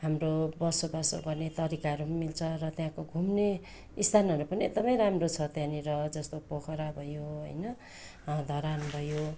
र हाम्रो बसोबासो पनि गर्ने तरिकाहरू पनि मिल्छ र त्यहाँको घुम्ने स्थानहरू पनि एकदमै राम्रो छ त्यहाँनिर जस्तो पोखरा भयो होइन धरान भयो